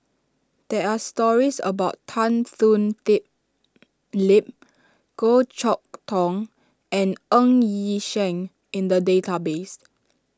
there are stories about Tan Thoon D Lip Goh Chok Tong and Ng Yi Sheng in the database